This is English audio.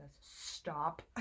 Stop